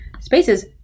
Spaces